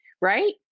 Right